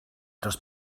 dros